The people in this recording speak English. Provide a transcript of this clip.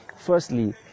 firstly